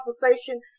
conversation